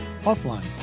offline